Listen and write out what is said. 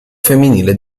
femminile